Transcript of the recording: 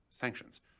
sanctions